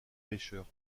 pêcheurs